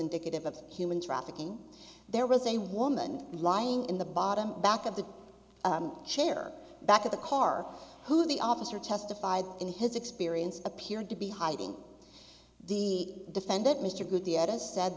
indicative of human trafficking there was a woman lying in the bottom back of the chair back of the car who the officer testified in his experience appeared to be hiding the defendant m